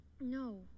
No